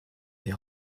des